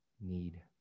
need